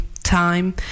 time